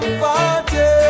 party